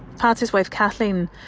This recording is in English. patsy's wife, kathleen,